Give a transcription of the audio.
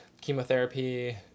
chemotherapy